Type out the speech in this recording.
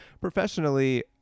professionally